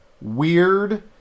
weird